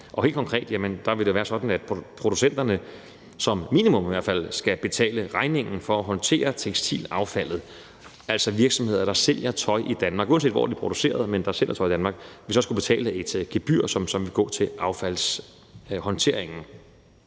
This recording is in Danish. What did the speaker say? Helt konkret vil det være sådan, at producenterne som minimum i hvert fald skal betale regningen for at håndtere tekstilaffaldet, altså at virksomheder, der sælger tøj i Danmark, uanset hvor det er produceret henne, så skal betale et gebyr, som vil gå til affaldshåndteringen.